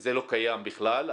זה לא קיים בכלל.